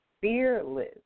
fearless